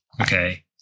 Okay